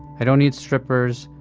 i don't need strippers,